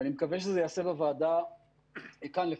ואני מקווה שזה ייעשה בוועדה כאן לפחות,